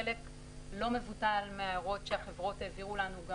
חלק לא מבוטל מההערות שהחברות העבירו לנו גם